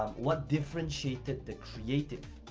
what differentiated the creative?